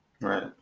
Right